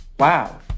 Wow